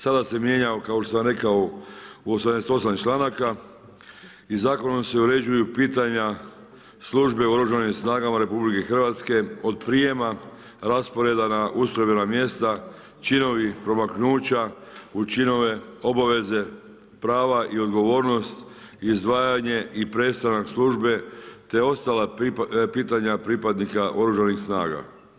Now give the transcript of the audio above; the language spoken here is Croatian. Sada se mijenja kao što sam rekao u 88. članaka i zakonom se uređuju pitanja službe u Oružanim snagama RH od prijema, rasporeda na ustrojbena mjesta, činovi, promaknuća u činove, obaveze, prava i odgovornost, izdvajanje i prestanak službe te ostala pitanja pripadnika oružanih snaga.